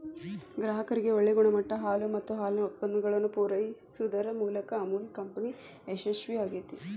ಗ್ರಾಹಕರಿಗೆ ಒಳ್ಳೆ ಗುಣಮಟ್ಟದ ಹಾಲು ಮತ್ತ ಹಾಲಿನ ಉತ್ಪನ್ನಗಳನ್ನ ಪೂರೈಸುದರ ಮೂಲಕ ಅಮುಲ್ ಕಂಪನಿ ಯಶಸ್ವೇ ಆಗೇತಿ